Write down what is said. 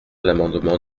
l’amendement